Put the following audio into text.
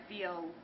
feel